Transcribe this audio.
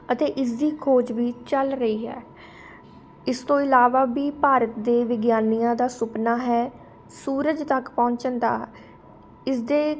ਅਤੇ ਇਸਦੀ ਖੋਜ ਵੀ ਚੱਲ ਰਹੀ ਹੈ ਇਸ ਤੋਂ ਇਲਾਵਾ ਵੀ ਭਾਰਤ ਦੇ ਵਿਗਿਆਨੀਆਂ ਦਾ ਸੁਪਨਾ ਹੈ ਸੂਰਜ ਤੱਕ ਪਹੁੰਚਣ ਦਾ ਇਸਦੇ